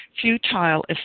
futile